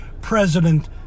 president